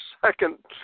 second